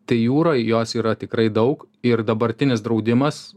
tai jūroj jos yra tikrai daug ir dabartinis draudimas